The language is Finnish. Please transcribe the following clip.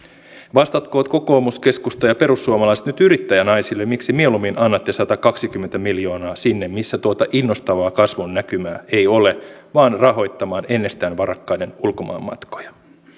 vastatkoot kokoomus keskusta ja perussuomalaiset nyt yrittäjänaisille miksi mieluummin annatte satakaksikymmentä miljoonaa sinne missä tuota innostavaa kasvunnäkymää ei ole vain rahoittamaan ennestään varakkaiden ulkomaanmatkoja